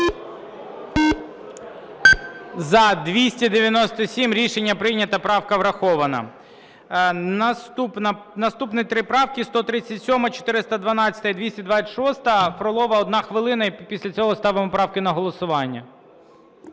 За-297 Рішення прийнято. Правка врахована. Наступні три правки – 137-а, 412-а і 226-а Фролова. 1 хвилина - і після цього ставимо правки на голосування.